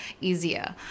easier